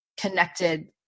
connected